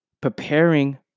preparing